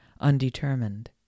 undetermined